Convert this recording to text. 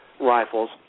rifles